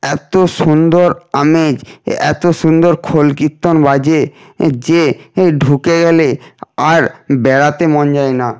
এত সুন্দর আমেজ এত সুন্দর খোল কীর্তন বাজে যে ঢুকে গেলে আর বেরাতে মন যায় না